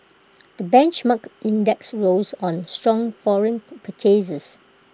the benchmark index rose on strong foreign purchases